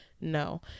no